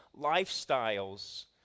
lifestyles